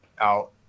out